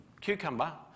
cucumber